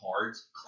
cards